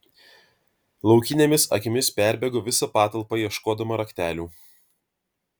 laukinėmis akimis perbėgo visą patalpą ieškodama raktelių